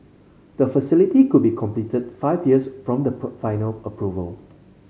the facility could be completed five years from the final approval